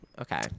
Okay